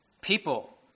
people